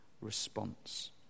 response